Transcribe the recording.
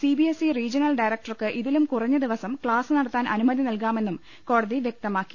C B S E regional ഡയരക്ടർക്ക് ഇതിലും കുറഞ്ഞ ദിവസം ക്ലാസ് നട ത്താൻ അനുമതി നൽകാമെന്നും കോടതി വൃക്തമാക്കി